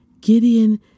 Gideon